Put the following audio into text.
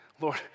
Lord